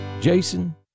jason